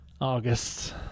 August